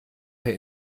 per